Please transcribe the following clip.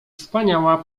wspaniała